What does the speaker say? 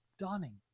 stunning